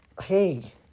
hey